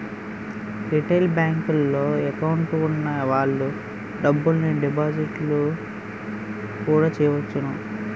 retail బేంకుల్లో account వున్న వాళ్ళు డబ్బుల్ని డిపాజిట్టు కూడా చేసుకోవచ్చు